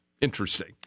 Interesting